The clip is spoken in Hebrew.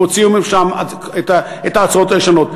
והוציאו משם את ההצעות הישנות.